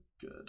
good